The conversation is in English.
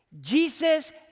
Jesus